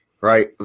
right